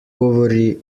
govori